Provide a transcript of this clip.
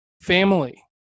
family